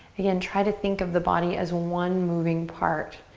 again, try to think of the body as one moving part.